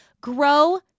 grow